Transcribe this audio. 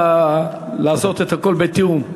מסכימה לעשות את הכול בתיאום.